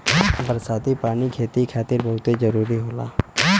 बरसाती पानी खेती के खातिर बहुते जादा जरूरी होला